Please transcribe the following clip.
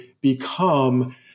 become